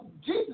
Jesus